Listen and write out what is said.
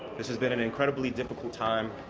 this has been an incredibly difficult time.